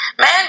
Man